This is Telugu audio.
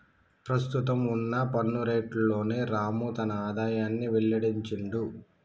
ప్రస్తుతం వున్న పన్ను రేట్లలోనే రాము తన ఆదాయాన్ని వెల్లడించిండు